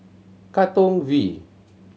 Katong V